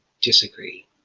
disagree